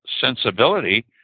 sensibility